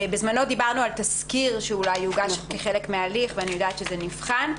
בזמנו דיברנו על תסקיר שאולי יוגש כחלק מההליך ואני יודעת שזה נבחן.